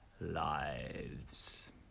lives